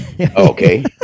Okay